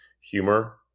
humor